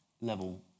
level